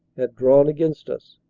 had drawn against us.